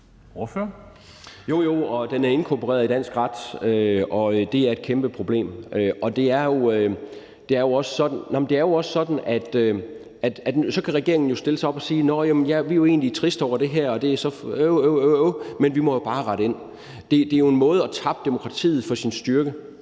Jo, jo, og den er inkorporeret i dansk ret – og det er et kæmpe problem. Det er jo også sådan, at så kan regeringen stille sig op og sige: Nå, ja, vi er jo egentlig triste over det her, og det er øv, øv – men vi må jo bare rette ind. Det er jo en måde at tappe demokratiet for sin styrke